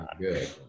good